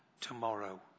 tomorrow